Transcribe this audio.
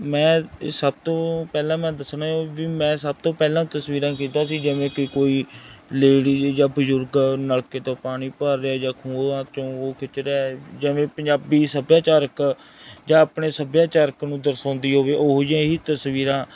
ਮੈਂ ਸਭ ਤੋਂ ਪਹਿਲਾਂ ਮੈਂ ਦੱਸਣਾ ਵੀ ਮੈਂ ਸਭ ਤੋਂ ਪਹਿਲਾਂ ਤਸਵੀਰਾਂ ਖਿੱਚਦਾ ਸੀ ਜਿਵੇਂ ਕਿ ਕੋਈ ਲੇਡੀ ਜਾਂ ਬਜ਼ੁਰਗ ਨਲਕੇ ਤੋਂ ਪਾਣੀ ਭਰ ਰਿਹਾ ਜਾਂ ਖੂਹਾਂ 'ਚੋਂ ਉਹ ਖਿੱਚ ਰਿਹਾ ਜਿਵੇਂ ਪੰਜਾਬੀ ਸੱਭਿਆਚਾਰਕ ਜਾਂ ਆਪਣੇ ਸੱਭਿਆਚਾਰ ਨੂੰ ਦਰਸਾਉਂਦੀ ਹੋਵੇ ਉਹੋ ਜਿਹੀਆ ਹੀ ਤਸਵੀਰਾਂ